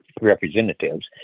representatives